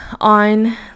on